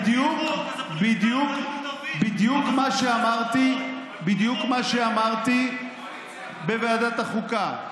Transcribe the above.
בדיוק מה שאמרתי בוועדת החוקה,